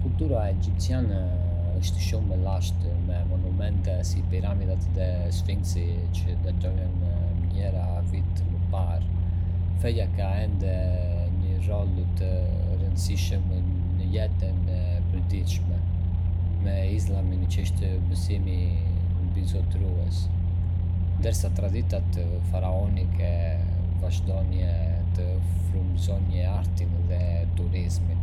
Kultura egjiptiane është shumë e lashtë, me monumente si piramidat dhe Sfinksi që datojnë mijëra vite më parë. Feja ka ende një rol të rëndësishëm në jetën e përditshme, me Islamin që është besimi mbizotërues, ndërsa traditat faraonike vazhdojnë të frymëzojnë artin dhe turizmin.